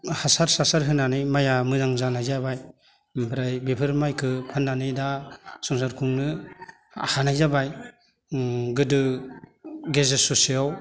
हासार थासार होनानै माइआ मोजां जानाय जाबाय बेनिफ्राय बेफोर माइखौ फाननानै दा संसार खुंनो हानाय जाबाय गोदो गेजेर ससेयाव